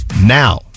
now